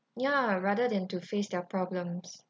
ya rather than to face their problems